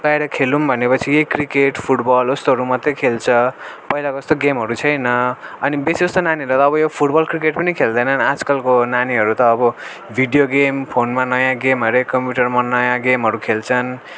बाहिर खेलौँ भनेपछि यही क्रिकेट फुटबल यस्तोहरू मात्रै खेल्छ पहिलाको जस्तो गेमहरू छैन अनि बेसीजस्तो नानीहरूले त अब यो फुटबल क्रिकेट पनि खेल्दैनन् आजकालको नानीहरू त अब भिडियो गेम फोनमा नयाँ गेमहरू कम्प्युटरमा नयाँ गेमहरू खेल्छन्